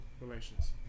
relations